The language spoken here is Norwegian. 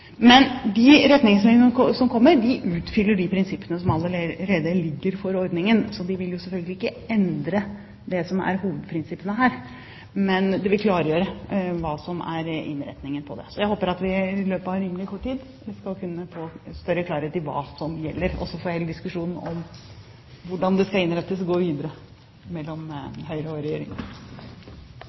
De retningslinjene som kommer, utfyller de prinsippene som allerede ligger for ordningen, så de vil jo selvfølgelig ikke endre det som er hovedprinsippene her, men de vil klargjøre hva som er innretningen på det. Så jeg håper at vi i løpet av rimelig kort tid skal kunne få større klarhet i hva som gjelder, og så får heller diskusjonen om hvordan det skal innrettes, gå videre mellom Høyre og Regjeringen.